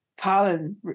colin